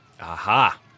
Aha